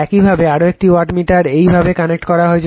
একইভাবে আরেকটি ওয়াটমিটার এইভাবে কানেক্ট করা হয়েছে